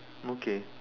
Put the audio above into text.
okay